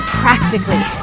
practically